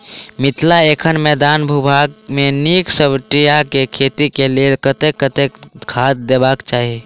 मिथिला एखन मैदानी भूभाग मे नीक स्टीबिया केँ खेती केँ लेल कतेक कतेक खाद देबाक चाहि?